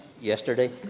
yesterday